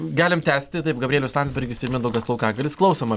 galime tęsti taip gabrielius landsbergis ir mindaugas laukagalius klausoma